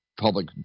public